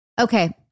Okay